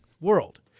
world